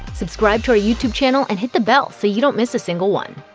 subscribe to our youtube channel and hit the bell so you don't miss a single one.